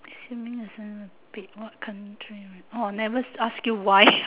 assuming expenses were paid what country would orh never ask you why